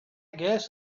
guess